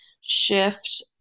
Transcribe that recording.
shift